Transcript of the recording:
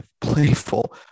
playful